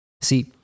See